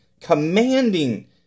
Commanding